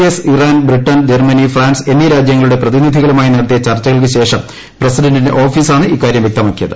S Iran Britain Germany France എന്നീ രാജ്യങ്ങളുടെ പ്രതിനിധികളുമായി നടത്തിയ ചർച്ചകൾക്കുശേഷം പ്രസിഡന്റിന്റെ ഓഫീസാണ് ഇക്കാര്യം വ്യക്തമാക്കിയത്